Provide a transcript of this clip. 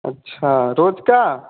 अच्छा रोज़ का